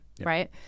right